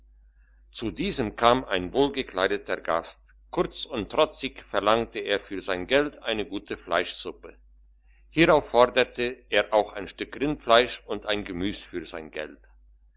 zu diesem kam ein wohlgekleideter gast kurz und trotzig verlangte er für sein geld eine gute fleischsuppe hierauf forderte er auch ein stück rindfleisch und ein gemüs für sein geld